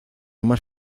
más